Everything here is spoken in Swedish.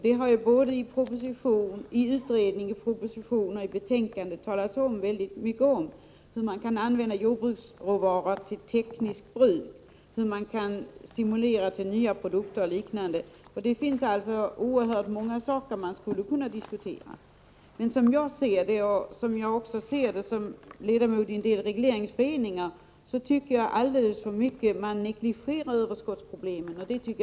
Det har i utredningen, i propositionen och i utskottsbetänkandet talats mycket om hur jordbruksråvaror kan användas för tekniskt bruk och hur jordbruket skall stimuleras att börja med nya produkter osv. Det finns alltså oerhört mycket att diskutera. Som jag ser det, som ledamot i en del regleringsföreningar, negligeras överskottsproblemet för mycket.